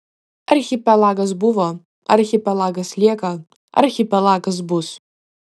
archipelagas buvo archipelagas lieka archipelagas bus